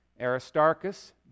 Aristarchus